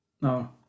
No